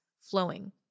flowing